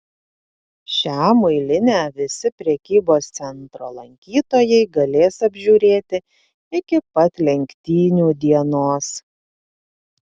šią muilinę visi prekybos centro lankytojai galės apžiūrėti iki pat lenktynių dienos